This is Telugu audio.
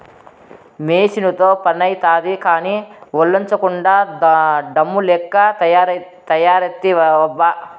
మెసీనుతో పనైతాది కానీ, ఒల్లోంచకుండా డమ్ము లెక్క తయారైతివబ్బా